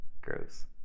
Gross